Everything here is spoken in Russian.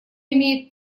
имеет